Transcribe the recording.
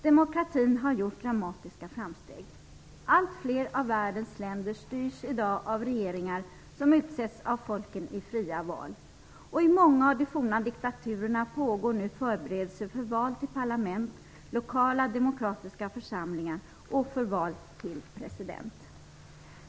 Demokratin har gjort dramatiska framsteg. Allt fler av världens länder styrs i dag av regeringar som utsetts av folken i fria val. I många av de forna diktaturerna pågår nu förberedelser för val till parlament och lokala demokratiska församlingar och för val till president.